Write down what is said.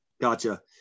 Gotcha